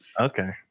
okay